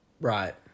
Right